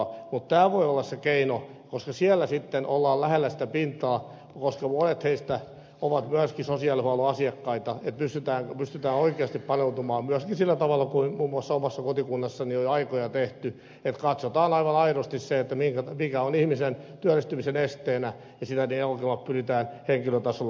mutta tämä voi olla se keino koska siellä sitten ollaan lähellä sitä pintaa koska monet heistä ovat myöskin sosiaalihuollon asiakkaita että pystytään oikeasti paneutumaan myöskin sillä tavalla kuin muun muassa omassa kotikunnassani on jo aikoja tehty että katsotaan aivan aidosti se mikä on ihmisen työllistymisen esteenä ja siinä ne ongelmat pyritään henkilötasolla ratkaisemaan